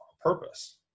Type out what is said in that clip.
purpose